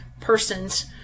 persons